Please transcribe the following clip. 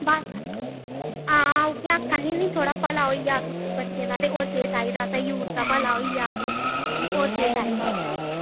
बस हां उ'ऐ आक्खा निं निं थोह्ड़ा भला होई जा कुसै बच्चे दा ते होर केह् चाहिदा असें यूथ दा भला होई जा ते होर केह् चाहिदा असें